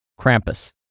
Krampus